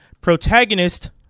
protagonist